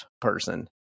person